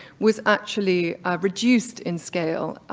was actually reduced in scale,